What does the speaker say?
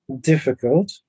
difficult